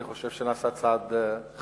אני חושב שנעשה צעד חשוב.